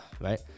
right